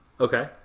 Okay